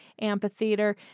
amphitheater